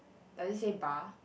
does it say bar